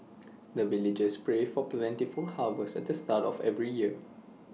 the villagers pray for plentiful harvest at the start of every year